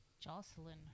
Jocelyn